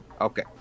okay